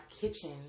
kitchen